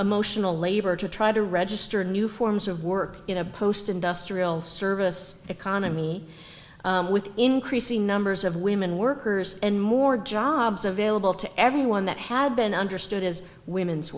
emotional labor to try to register new forms of work in a post industrial service economy with increasing numbers of women workers and more jobs available to everyone that had been understood as women's